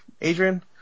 Adrian